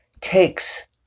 takes